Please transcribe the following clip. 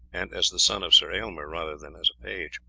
and as the son of sir aylmer rather than as a page.